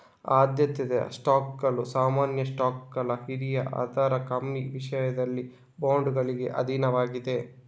ಆದ್ಯತೆಯ ಸ್ಟಾಕ್ಗಳು ಸಾಮಾನ್ಯ ಸ್ಟಾಕ್ಗೆ ಹಿರಿಯ ಆದರೆ ಕ್ಲೈಮ್ನ ವಿಷಯದಲ್ಲಿ ಬಾಂಡುಗಳಿಗೆ ಅಧೀನವಾಗಿದೆ